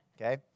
Okay